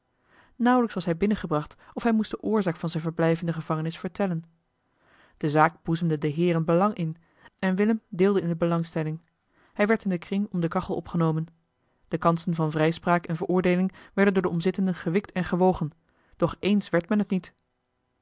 nauwelijks was hij binnengebracht of hij moest de oorzaak van zijn verblijf in de gevangenis vertellen de zaak boezemde den heeren belang in en willem deelde in de belangstelling hij werd in den kring om de kachel opgenomen de kansen van vrijspraak en veroordeeling werden door de omzittenden gewikt en gewogen doch ééns werd men het niet